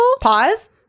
Pause